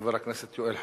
חבר הכנסת יואל חסון,